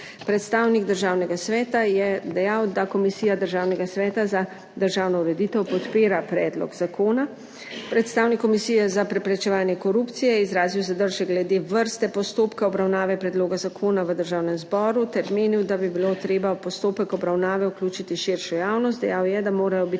Predstavnik Državnega sveta je dejal, da Komisija Državnega sveta za državno ureditev podpira predlog zakona, predstavnik Komisije za preprečevanje korupcije je izrazil zadržek glede vrste postopka obravnave predloga zakona v Državnem zboru ter menil, da bi bilo treba v postopek obravnave vključiti širšo javnost. Dejal je, da morajo biti